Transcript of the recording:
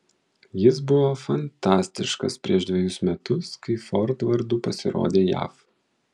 jis buvo fantastiškas prieš dvejus metus kai ford vardu pasirodė jav